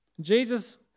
Jesus